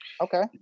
Okay